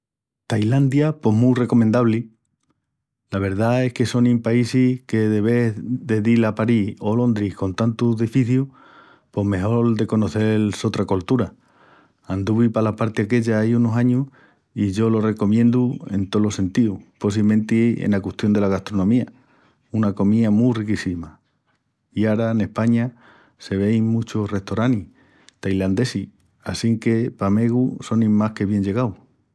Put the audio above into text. Tailandia pos mu recomendabli. La verdá es que sonin paísis que de vés dil a a París o Londris con tantu edificiu pos mejol de conocel otra coltura. Anduvi pala parti aquella ai unus añus i yo lo recomiendu en tolos sentíus, possimenti ena custión dela gastronomía, una comía mu riquíssima. I ara en España sevein muchus restoranis tailandesis assinque pa megu sonin más que bienllegaus!